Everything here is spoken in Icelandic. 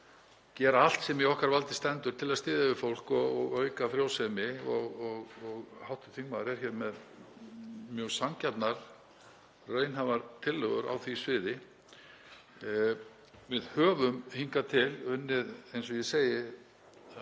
gera allt sem í okkar valdi stendur til að styðja við fólk og auka frjósemi. Hv. þingmaður er hér með mjög sanngjarnar, raunhæfar tillögur á því sviði. Við höfum hingað til unnið, eins og ég segi,